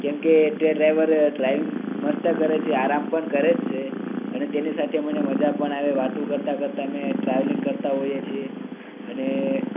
કેમકે તે driver driving મસ્ત કરે છે આરામ પણ કરે જ છે અને તેની સાથે મને મજા પણ આવે વાતો કરતા કરતા અમે ટ્રાવેલિંગ કરતા હોઈએ છીએ અને